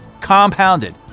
compounded